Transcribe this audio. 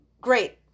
great